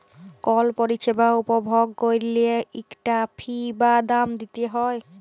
call পরিছেবা উপভগ ক্যইরলে ইকটা ফি বা দাম দিইতে হ্যয়